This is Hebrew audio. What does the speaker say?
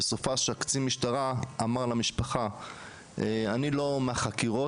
ובסופ"ש קצין המשטרה אמר למשפחה "אני לא מהחקירות,